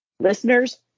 Listeners